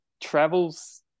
travels –